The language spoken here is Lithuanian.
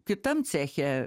kitam ceche